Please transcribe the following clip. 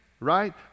right